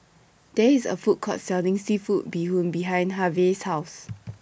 There IS A Food Court Selling Seafood Bee Hoon behind Harve's House